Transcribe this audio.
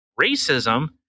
racism